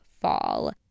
fall